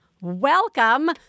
welcome